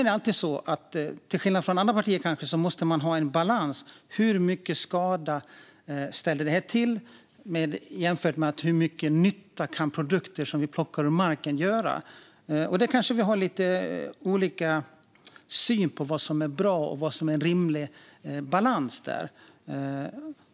Det måste dock finnas en balans mellan hur mycket skada detta ställer till och hur mycket nytta vi har av produkter som plockas ur marken. Här har vi kanske lite olika syn på vad som är bra och vad som är en rimlig balans.